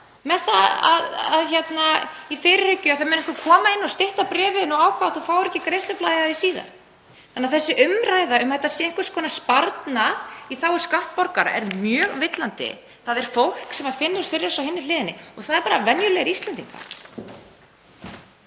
með það fyrir augum að það muni einhver koma inn og stytta bréfin þín og ákveða að þú fáir ekki greiðsluflæði af þeim síðar. Þannig að umræðan um að þetta sé einhvers konar sparnaður í þágu skattborgara er mjög villandi. Það er fólk sem finnur fyrir þessu á hinni hliðinni og það eru bara venjulegir Íslendingar.